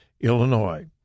Illinois